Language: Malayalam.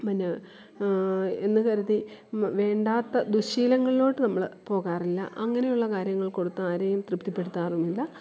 മന്നെ എന്നു കരുതി വേണ്ടാത്ത ദുശ്ശീലങ്ങളിലോട്ട് നമ്മൾ പോകാറില്ല അങ്ങനെയുള്ള കാര്യങ്ങള് കൊടുത്ത് ആരെയും തൃപ്തിപ്പെടുത്താറുമില്ല